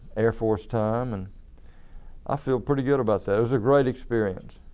air force time and i feel pretty good about that. it was a great experience